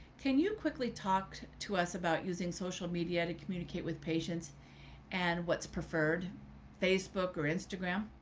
can you quickly talk to us about using social media to communicate with patients and what's preferred facebook or instagram?